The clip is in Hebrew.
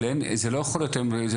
זה לא יכול להיות בפקס,